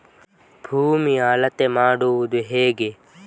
ಭೂಮಿಯ ಅಳತೆ ಮಾಡುವುದು ಹೇಗೆ?